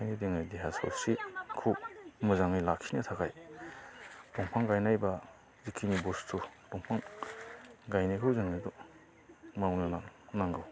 ओंखायनो जोङो देहा सावस्रिखौ मोजाङै लाखिनो थाखाय दंफां गायनाय बा जिखिनि बुस्थु दंफां गायनायखौ जोङो मावनो नांगौ